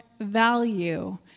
value